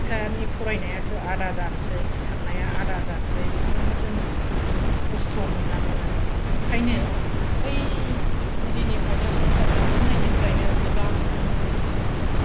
फिसानि फरायनायासो आदा जानोसै साननाया आदा जानोसै बेफ्रावनो जोङो खस्थ' मोननाङो आरो ओंखायनो बै गुदिनिफ्रायनो संसार जाजेननायनिफ्रायनो मोजां मथन